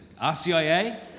RCIA